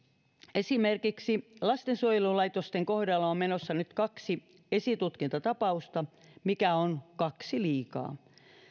esimerkiksi lastensuojelulaitosten kohdalla on menossa nyt kaksi esitutkintatapausta mikä on kaksi liikaa